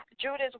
Judas